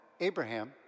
Abraham